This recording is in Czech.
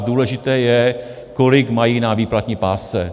Důležité je, kolik mají na výplatní pásce.